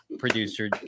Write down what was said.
Producer